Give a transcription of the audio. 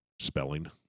Spelling